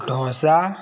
dosa